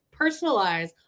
Personalize